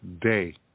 day